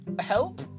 Help